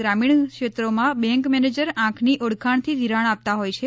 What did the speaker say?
ગ્રામીણ ક્ષેત્રોમાં bank manager આંખની ઓળખાણથી ઘિરાણ આપતા હોથ છે